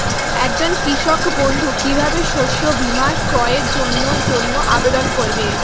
একজন কৃষক বন্ধু কিভাবে শস্য বীমার ক্রয়ের জন্যজন্য আবেদন করবে?